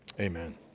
Amen